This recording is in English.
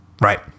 Right